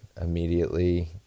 immediately